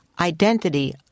identity